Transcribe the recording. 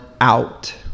out